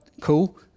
cool